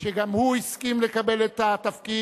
שגם הוא הסכים לקבל את התפקיד,